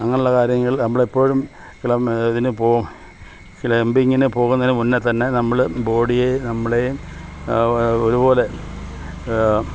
അങ്ങനുള്ള കാര്യങ്ങൾ നമ്മളെപ്പോഴും ക്ലം ഇതിന് പോം ക്ലൈമ്പിങ്ങിന് പോകുന്നതിനു മുന്നേ തന്നെ നമ്മള് ബോഡിയെ നമ്മളെയും ഒരുപോലെ